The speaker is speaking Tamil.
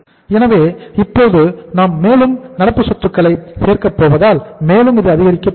எனவே இப்போது நாம் மேலும் நடப்பு சொத்துக்களை சேர்க்க போவதால் மேலும் இது அதிகரிக்கப் போகிறது